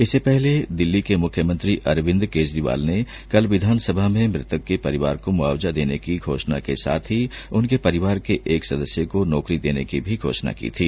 इससे पहले दिल्ली के मुख्येमंत्री अरविंद केजरीवाल ने कल विधानसभा में मृतक के परिवार को मुआवजा देने की घोषणा साथ ही उनके परिवार के एक सदस्यज को नौकरी देने की भी घोषणा की थी